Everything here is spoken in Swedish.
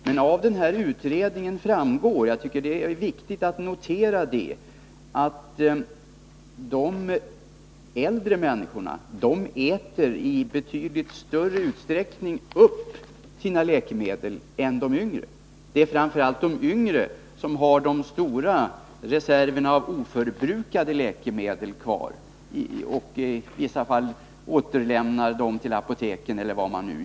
Men av utredningen framgår — jag tycker det är viktigt att notera detta — att äldre människor i betydligt större utsträckning än yngre förbrukar sina mediciner. Det är framför allt de yngre som har de stora reserverna av oförbrukade läkemedel — i vissa fall återlämnas de till apoteket, i andra inte.